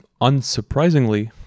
unsurprisingly